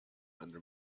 under